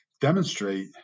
demonstrate